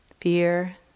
fear